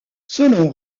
selon